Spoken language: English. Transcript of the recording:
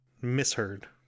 misheard